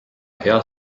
hea